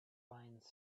fine